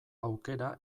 aukera